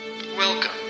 Welcome